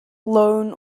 loan